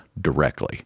directly